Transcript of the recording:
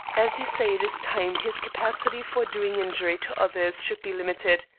as you say, it is time his capacity for doing injury to others should be limited.